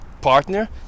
partner